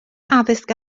addysg